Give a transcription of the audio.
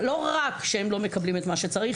לא רק שהם לא מקבלים את מה שצריך,